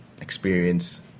experience